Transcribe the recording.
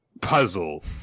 puzzle